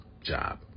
job